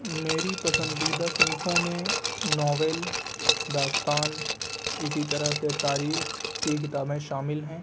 میری پسندیدہ صنفوں میں ناول داستان اسی طرح سے تاریخ کی کتابیں شامل ہیں